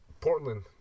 Portland